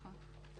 נכון.